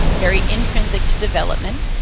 very intrinsic to development.